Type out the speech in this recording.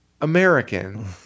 American